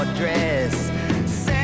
dress